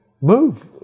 Move